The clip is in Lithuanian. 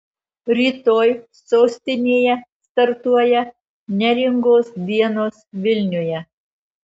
rytoj sostinėje startuoja neringos dienos vilniuje